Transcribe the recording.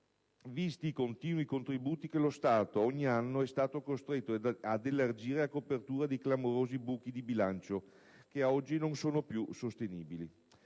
visti i continui contributi che lo Stato ogni anno è stato costretto ad elargire a copertura dei clamorosi buchi di bilancio, oggi non più sostenibili.